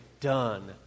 done